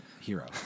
hero